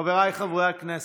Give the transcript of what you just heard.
חבריי חברי הכנסת,